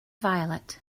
violet